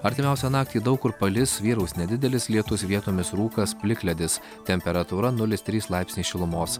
artimiausią naktį daug kur palis vyraus nedidelis lietus vietomis rūkas plikledis temperatūra nulis trys laipsniai šilumos